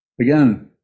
Again